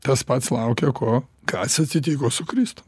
tas pats laukia ko kas atsitiko su kristum